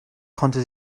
konnte